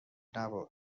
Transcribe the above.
نبرد